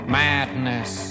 madness